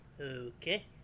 okay